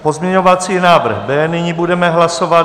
Pozměňovací návrh B nyní budeme hlasovat.